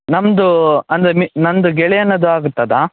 ನಮ್ಮದು ಅಂದರೆ ಮಿ ನಂದು ಗೆಳೆಯನದ್ದು ಆಗುತ್ತದಾ